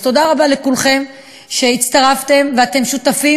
אז תודה רבה לכולכם שהצטרפתם ואתם שותפים